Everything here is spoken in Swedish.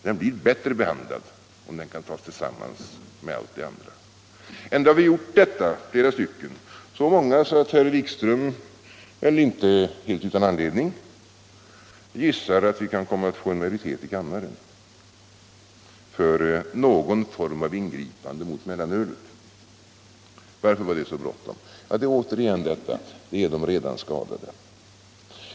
Men ändå har flera av oss gjort detta, så många att herr Wikström — kanske inte helt utan anledning — gissar att vi kan komma att få majoritet i kammaren för någon form av ingripande mot mellanölet. Varför var det då så bråttom? Det är med hänsyn till de redan skadade.